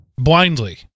blindly